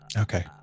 Okay